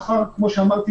כמו שאמרתי,